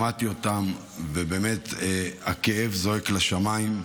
שמעתי אותם, ובאמת הכאב זועק לשמיים.